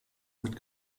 mit